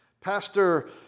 Pastor